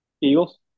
Eagles